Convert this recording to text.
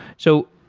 so,